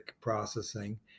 processing